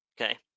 okay